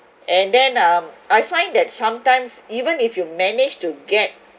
and then um I find that sometimes even if you manage to get